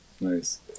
Nice